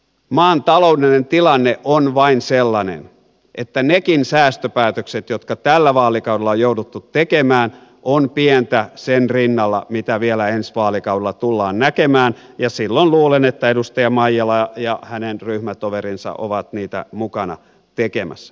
maan taloudellinen tilanne vain on sellainen että nekin säästöpäätökset jotka tällä vaalikaudella on jouduttu tekemään ovat pientä sen rinnalla mitä vielä ensi vaalikaudella tullaan näkemään ja luulen että silloin edustaja maijala ja hänen ryhmätoverinsa ovat niitä mukana tekemässä